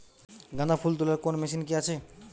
গাঁদাফুল তোলার কোন মেশিন কি আছে?